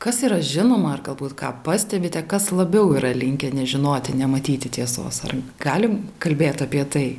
kas yra žinoma ar galbūt ką pastebite kas labiau yra linkę nežinoti nematyti tiesos ar galim kalbėt apie tai